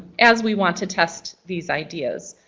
as we want to test these ideas.